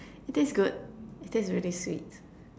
it tastes good it tastes really sweet